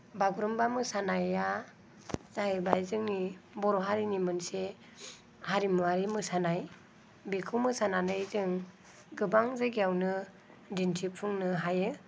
बागुरुम्बा मोसानाया जाहैबाय जोंनि बर' हारिनि मोनसे हारिमुआरि मोसानाय बेखौ मोसानानै जों गोबां जायगायावनो दिन्थिफुंनो हायो